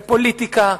בפוליטיקה,